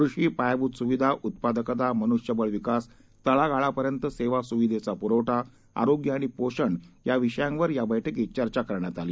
कृषी पायाभूत सुविधा उत्पादकता मन्ष्यबळ विकास तळागाळापर्यंत सेवा स्विधेचा प्रवठा आरोग्य आणि पोषण या विषयांवर या बैठकीत चर्चा करण्यात आली